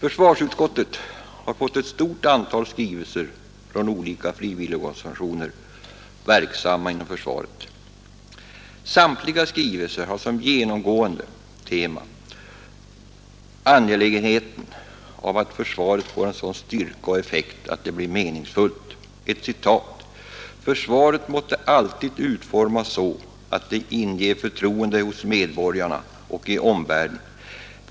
Försvarsutskottet har fått ett stort antal skrivelser från olika frivilligorganisationer, verksamma inom försvaret. Samtliga skrivelser har som genomgående tema angelägenheten av att försvaret får sådan styrka och effekt att det blir meningsfullt. Ett citat: ”Försvaret måste alltid utformas så att det inger förtroende hos medborgarna och i omvärlden.